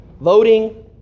voting